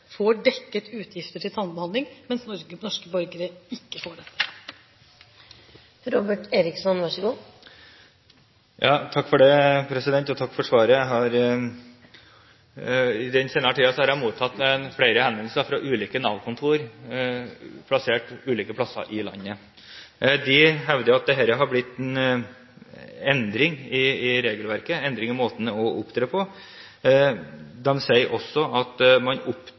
får dekket utgifter til tannbehandling, mens norske borgere ikke får dette. Jeg takker for svaret. I den senere tiden har jeg mottatt flere henvendelser fra Nav-kontor plassert på ulike steder i landet. De hevder at det har blitt en endring i regelverket, en endring i måten å opptre på. De sier også at man